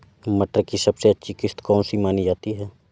मटर की सबसे अच्छी किश्त कौन सी मानी जाती है?